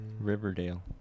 riverdale